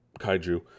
kaiju